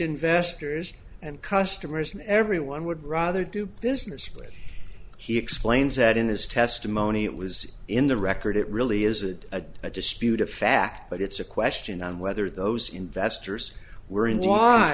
investors and customers and everyone would rather do business with he explains that in his testimony it was in the record it really is a disputed fact but it's a question on whether those investors were in